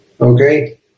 Okay